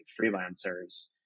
freelancers